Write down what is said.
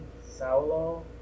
Saulo